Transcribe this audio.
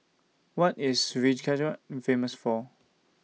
What IS Reykjavik Famous For